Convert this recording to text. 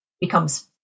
becomes